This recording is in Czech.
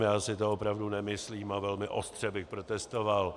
Já si to opravdu nemyslím a velmi ostře bych protestoval.